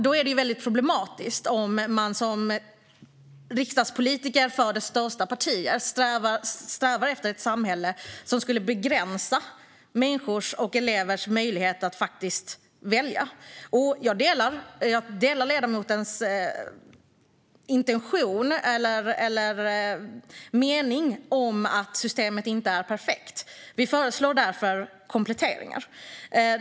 Det är väldigt problematiskt om man som riksdagspolitiker som företräder det största partiet strävar efter ett samhälle som skulle begränsa elevers möjlighet att välja. Jag delar ledamotens mening att systemet inte är perfekt. Vi föreslår därför kompletteringar.